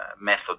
method